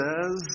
says